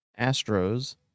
Astros